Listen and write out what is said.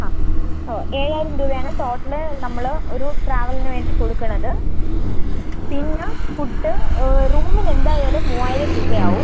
ആ ആ ഏഴായിരം രൂപ ആണ് ടോട്ടല് നമ്മൾ ഒരു ട്രാവലിന് വേണ്ടി കൊടുക്കുന്നത് പിന്നെ ഫുഡ് റൂമിന് എന്തായാലും മൂവായിരം രൂപ ആവും